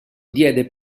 diede